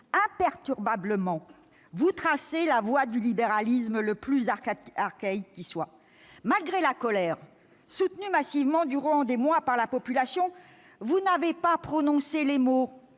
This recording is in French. Imperturbablement donc, vous tracez la voie du libéralisme le plus archaïque qui soit. Malgré le mouvement de colère soutenu massivement durant des mois par la population, vous n'avez pas prononcé les mots